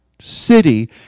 city